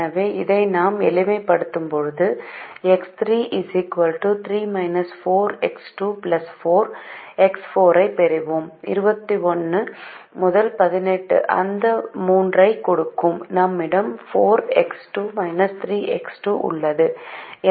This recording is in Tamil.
எனவே இதை நாம் எளிமைப்படுத்தும் போது X3 3−4 X2 4 X4 ஐப் பெறுவோம் 21 18 அந்த 3 ஐக் கொடுக்கும் நம்மிடம் 4 X2−3 X2 உள்ளது